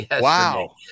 Wow